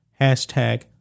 hashtag